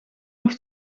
nog